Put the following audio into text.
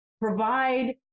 provide